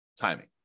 timing